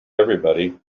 everybody